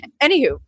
anywho